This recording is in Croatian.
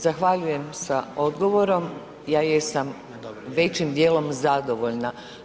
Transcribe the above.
Zahvaljujem sa odgovorom, ja jesam većim dijelom zadovoljna.